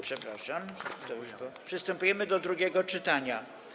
Przepraszam, przystępujemy do drugiego czytania.